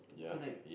correct